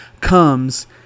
comes